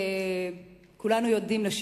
כולנו יודעים,